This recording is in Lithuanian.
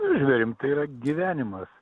žvėrim tai yra gyvenimas